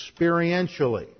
experientially